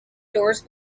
doors